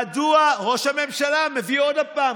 ראש הממשלה מביא עוד פעם,